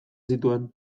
zituen